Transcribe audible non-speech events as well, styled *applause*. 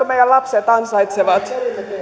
*unintelligible* meidän lapset ansaitsevat